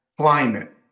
climate